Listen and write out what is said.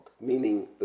meaning